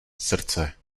srdce